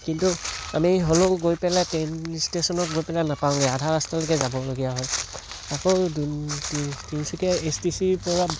কিন্তু আমি হ'লেও গৈ পেলাই ট্ৰেইন ইষ্টেশ্যনত গৈ পেলাই নাপাওঁগৈ আধা ৰাস্তাতে ৰ'বলগীয়া হয় আকৌ তিনচুকীয়া এছটিচিৰপৰা